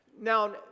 Now